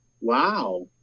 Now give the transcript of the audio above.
Wow